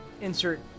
insert